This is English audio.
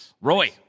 Roy